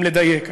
אם לדייק.